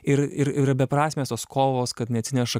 ir ir yra beprasmės tos kovos kad neatsineša